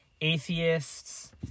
atheists